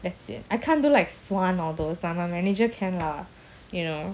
that's it I can't do like swan all those like my manager can lah you know